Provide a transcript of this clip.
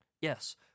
Yes